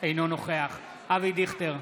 אינו נוכח אבי דיכטר,